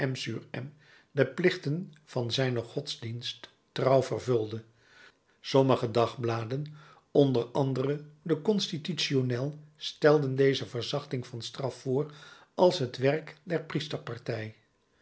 de plichten van zijnen godsdienst trouw vervulde sommige dagbladen onder andere de constitutionnel stelden deze verzachting van straf voor als het werk der